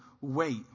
wait